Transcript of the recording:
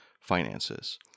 finances